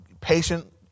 patient